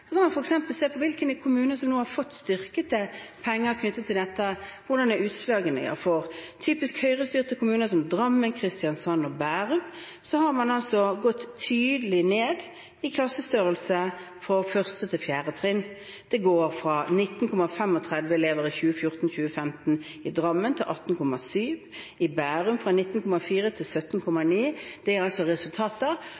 på hvilke kommuner som nå har fått penger og styrket dette, hvordan utslagene er for typisk Høyre-styrte kommuner som Drammen, Kristiansand og Bærum, ser man at man har gått tydelig ned i klassestørrelse på 1.–4. trinn. Det går fra 19,35 elever til 18,7 i 2014–2015 i Drammen. I Bærum går det fra 19,4 til